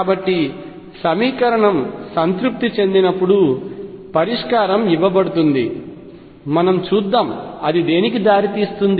కాబట్టి సమీకరణం సంతృప్తి చెందినప్పుడు పరిష్కారం ఇవ్వబడుతుంది మనం చూద్దాం అది దేనికి దారి తీస్తుంది